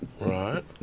Right